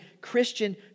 Christian